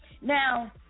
Now